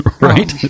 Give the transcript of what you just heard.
Right